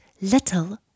Little